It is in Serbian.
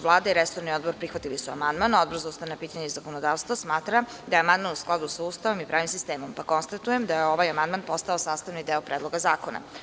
Vlada i resorni odbor prihvatili su amandman, a Odbor za ustavna pitanja i zakonodavstvo smatra da je amandman u skladu sa Ustavom i pravnim sistemom, pa konstatujem da je ovaj amandman postao sastavni deo Predloga zakona.